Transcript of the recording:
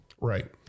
Right